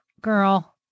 girl